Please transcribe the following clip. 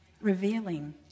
revealing